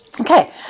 Okay